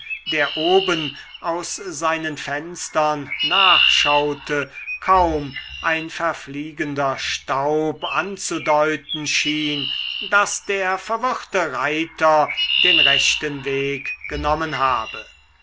der oben aus seinen fenstern nachschaute kaum ein verfliegender staub anzudeuten schien daß der verwirrte reiter den rechten weg genommen habe